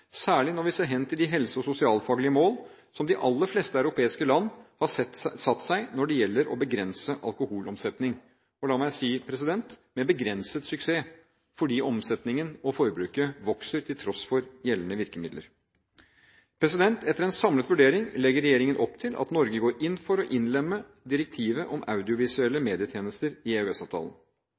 særlig når vi ser hen til de helse- og sosialfaglige mål som de aller fleste europeiske land har satt seg når det gjelder å begrense alkoholomsetning – og la meg si: med begrenset suksess fordi omsetningen og forbruket vokser til tross for gjeldende virkemidler. Etter en samlet vurdering legger regjeringen opp til at Norge går inn for å innlemme direktivet om audiovisuelle medietjenester i